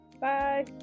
bye